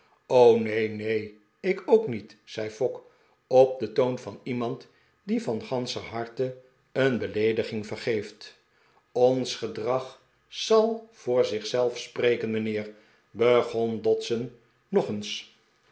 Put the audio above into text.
neen neen ik ook niet zei fogg op den toon van iemand die van ganscher harte een beleediging vergeeft ons gedrag zal voor zich zelf spreken de pickwick club mijnheer begon dodson nog eens